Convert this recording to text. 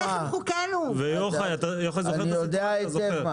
אני יודע היטב,